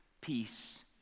peace